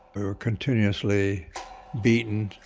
we were continuously beaten,